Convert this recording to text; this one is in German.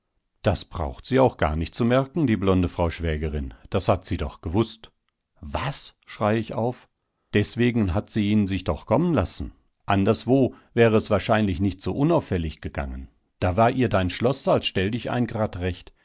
das braucht sie auch gar nicht zu merken die blonde frau schwägerin das hat sie doch gewußt was schrei ich auf deswegen hat sie ihn sich doch kommen lassen anderswo wäre es wahrscheinlich nicht so unauffällig gegangen da war ihr dein schloß als stelldichein gerad recht